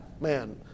Man